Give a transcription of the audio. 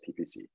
PPC